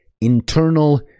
internal